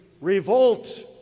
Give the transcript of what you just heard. revolt